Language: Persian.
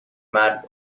مرگ